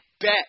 bet